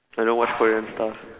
I don't watch korean stuff